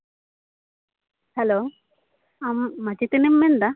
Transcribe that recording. hello ᱟᱢ ᱢᱟᱪᱮᱛᱟᱱᱤᱢ ᱢᱮᱱᱫᱟ